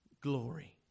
glory